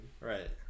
Right